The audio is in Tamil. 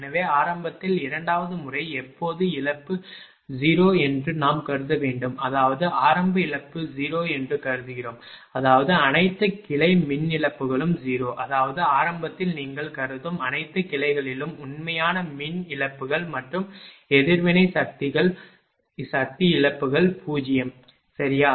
எனவே ஆரம்பத்தில் இரண்டாவது முறை எப்போது இழப்பு 0 என்று நாம் கருத வேண்டும் அதாவது ஆரம்ப இழப்பு 0 என்று கருதுகிறோம் அதாவது அனைத்து கிளை மின் இழப்புகளும் 0 அதாவது ஆரம்பத்தில் நீங்கள் கருதும் அனைத்து கிளைகளிலும் உண்மையான மின் இழப்புகள் மற்றும் எதிர்வினை சக்தி இழப்புகள் 0 சரியா